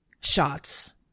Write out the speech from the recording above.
shots